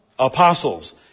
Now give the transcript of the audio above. Apostles